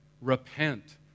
Repent